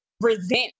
resent